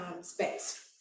space